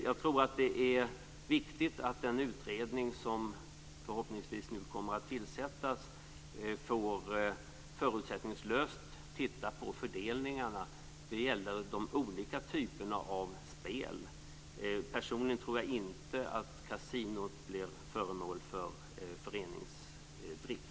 Jag tror att det är viktigt att den utredning som förhoppningsvis nu kommer att tillsättas förutsättningslöst får titta på fördelningarna. Det gäller de olika typerna av spel. Personligen tror jag inte att kasino blir föremål för föreningsdrift.